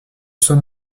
sans